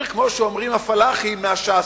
את האחד אני מכיר, כמו שאומרים הפלאחים, מהשאסי,